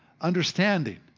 understanding